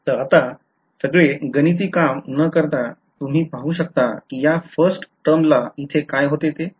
तर आता सगळे गणिती काम न करता तुम्ही पाहू शकता कि या फर्स्ट टर्मला इथे काय होते ते